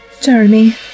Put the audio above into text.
Jeremy